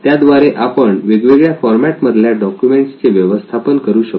त्याद्वारे आपण वेगवेगळ्या फॉर्मेट मधल्या डॉक्युमेंट्स चे व्यवस्थापन करू शकू